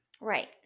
Right